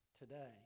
today